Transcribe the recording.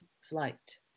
flight